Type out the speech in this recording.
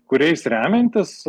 kuriais remiantis